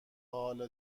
حالا